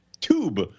tube